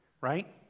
right